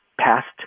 past